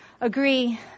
agree